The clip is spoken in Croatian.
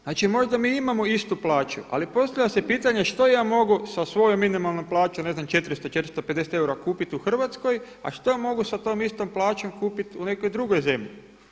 Znači možda mi imamo istu plaću, ali postavlja se pitanje što ja mogu sa svojom minimalnom plaćom ne znam 400, 450 eura kupiti u Hrvatskoj, a što mogu sa tom istom plaćom kupit u nekoj drugoj zemlji?